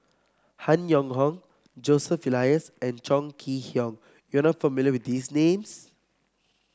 Han Yong Hong Joseph Elias and Chong Kee Hiong you are not familiar with these names